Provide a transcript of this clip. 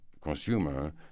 consumer